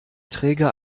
träger